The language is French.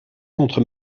contre